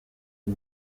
uwo